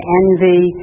envy